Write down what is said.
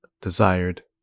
desired